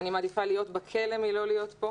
אני מעדיפה להיות בכלא מלא להיות כאן.